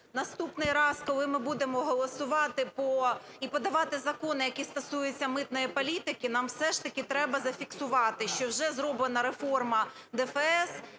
наступний раз, коли ми будемо голосувати і подавати закони, які стосуються митної політики, нам все ж таки треба зафіксувати, що вже зроблена реформа ДФС